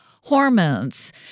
hormones